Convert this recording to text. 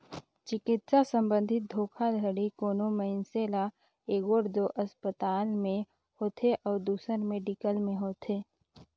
चिकित्सा संबंधी धोखाघड़ी कोनो मइनसे ल एगोट दो असपताल में होथे अउ दूसर मेडिकल में होथे